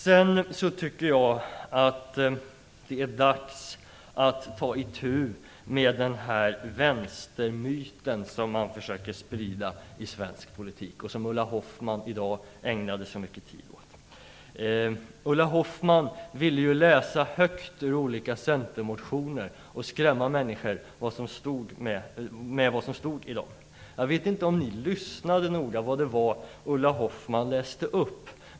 Sedan tycker jag att det är dags att ta itu med den vänstermyt som man försöker sprida i svensk politik, och som Ulla Hoffmann i dag ägnade mycket tid åt. Ulla Hoffmann ville läsa högt ur olika centermotioner och skrämma människor med det som stod i dem. Jag vet inte om ni lyssnade noga på vad det var som Ulla Hoffmann läste upp.